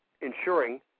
ensuring